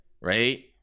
right